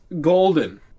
golden